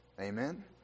Amen